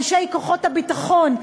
אנשי כוחות הביטחון,